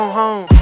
home